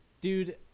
dude